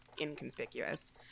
inconspicuous